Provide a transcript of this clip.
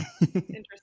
interesting